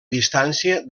distància